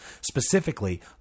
Specifically